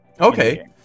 Okay